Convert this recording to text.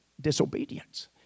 Disobedience